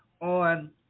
on